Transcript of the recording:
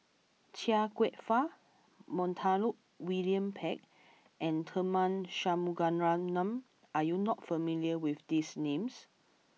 Chia Kwek Fah Montague William Pett and Tharman Shanmugaratnam are you not familiar with these names